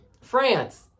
France